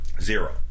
Zero